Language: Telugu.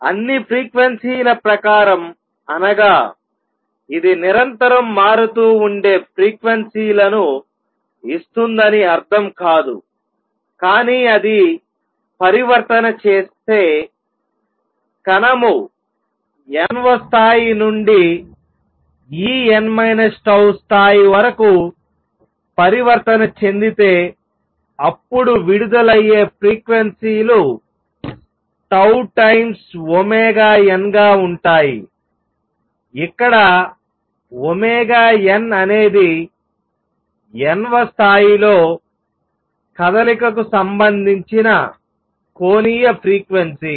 అన్నిఫ్రీక్వెన్సీల ప్రకారం అనగా ఇది నిరంతరం మారుతూ ఉండే ఫ్రీక్వెన్సీలను ఇస్తుందని అర్థం కాదుకానీ అది పరివర్తన చేస్తే కణము n వ స్థాయి నుండి En 𝜏 స్థాయి వరకు పరివర్తన చెందితేఅప్పుడు విడుదలయ్యే ఫ్రీక్వెన్సీలు 𝜏 టైమ్స్ ωn గా ఉంటాయిఇక్కడ ఒమేగా n అనేది n వ స్థాయిలో కదలికకు సంబంధించిన కోణీయ ఫ్రీక్వెన్సీ